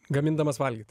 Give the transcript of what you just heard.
gamindamas valgyt